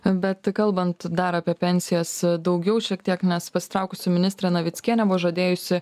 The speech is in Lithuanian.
bet kalbant dar apie pensijas daugiau šiek tiek nes pasitraukusi ministrė navickienė buvo žadėjusi